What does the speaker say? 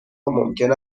ممکن